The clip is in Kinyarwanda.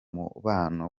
mubano